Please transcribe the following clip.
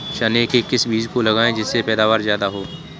चने के किस बीज को लगाएँ जिससे पैदावार ज्यादा हो?